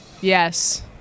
yes